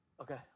Okay